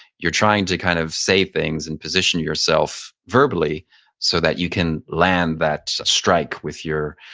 you're trying to kind of say things and position yourself verbally so that you can land that strike with your